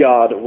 God